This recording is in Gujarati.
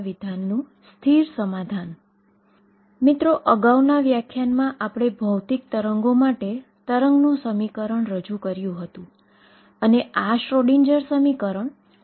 આ પહેલાનાં વ્યાખ્યાન મેં તેને એક સંકેત ψxt આપ્યો હતો